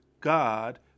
God